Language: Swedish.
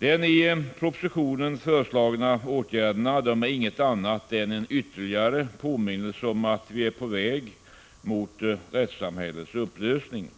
De i propositionen föreslagna åtgärderna är inget annat än ytterligare påminnelser om att vi är på väg mot rättssamhällets upplösning.